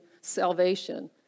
salvation